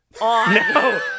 No